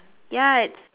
ya it's